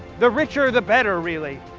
the richer the better, really.